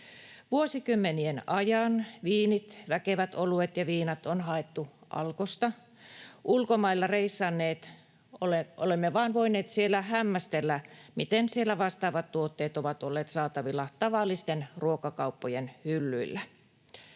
Vuosikymmenien ajan viinit, väkevät oluet ja viinat on haettu Alkosta. Me ulkomailla reissanneet olemme vain voineet hämmästellä, miten siellä vastaavat tuotteet ovat olleet saatavilla tavallisten ruokakauppojen hyllyillä.